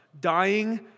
dying